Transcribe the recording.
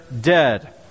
dead